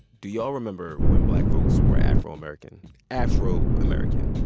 do y'all remember when black folks were afro-american afro-american?